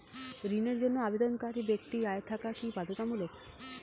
ঋণের জন্য আবেদনকারী ব্যক্তি আয় থাকা কি বাধ্যতামূলক?